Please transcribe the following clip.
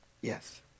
Yes